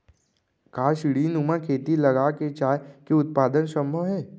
का सीढ़ीनुमा खेती लगा के चाय के उत्पादन सम्भव हे?